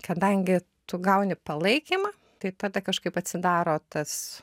kadangi tu gauni palaikymą tai tada kažkaip atsidaro tas